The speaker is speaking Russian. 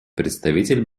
представитель